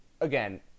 again